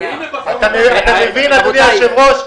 זה מועבר בלי הוועדה,